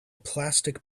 plastic